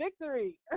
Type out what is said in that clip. victory